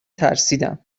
ترسیدم